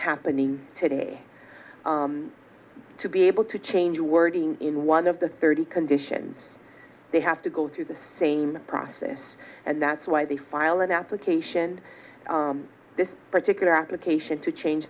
happening today to be able to change the wording in one of the thirty conditions they have to go through the same process and that's why they file an application particular application to change